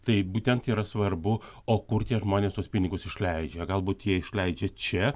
tai būtent yra svarbu o kur tie žmonės tuos pinigus išleidžia galbūt jie išleidžia čia